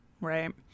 right